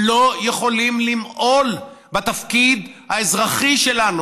לא יכולים למעול בתפקיד האזרחי שלנו.